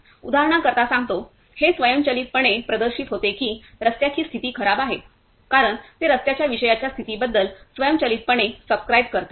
उदाहरणांकरिता सांगतो हे स्वयंचलितपणे प्रदर्शित होते की रस्त्याची स्थिती खराब आहे कारण ते रस्त्याच्या विषयांच्या स्थितीबद्दल स्वयंचलितपणे सबस्क्राईब करते